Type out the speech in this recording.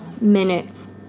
minutes